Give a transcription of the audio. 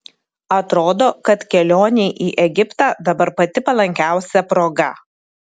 atrodo kad kelionei į egiptą dabar pati palankiausia proga